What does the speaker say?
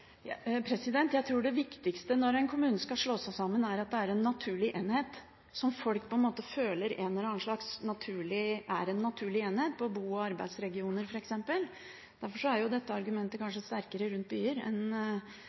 Jeg tror det viktigste når kommuner skal slå seg sammen, er at det er en naturlig enhet, som folk føler er en naturlig enhet, som bo- og arbeidsregioner, f.eks. Derfor er kanskje dette argumentet sterkere rundt byer enn